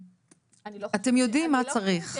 אתם יודעים מה צריך.